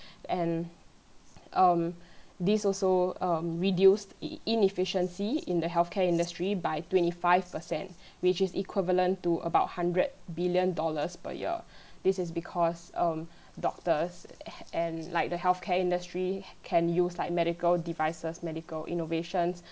and um these also um reduce in~ inefficiency in the healthcare industry by twenty five percent which is equivalent to about a hundred billion dollars per year this is because um doctors a~ and the healthcare industry can use like medical devices medical innovations